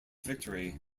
victory